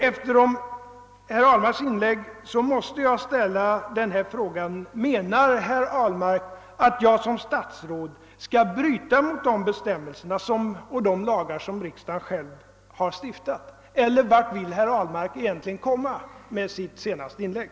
Efter herr Ahlmarks inlägg måste jag ställa den frågan: Menar herr Ahlmark att jag som statsråd skall bryta mot de bestämmelser och de lagar som riksdagen har stiftat, eller vart vill herr Ahlmark komma med sitt senaste inlägg?